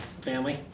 family